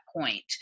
point